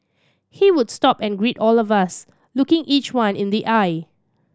he would stop and greet all of us looking each one in the eye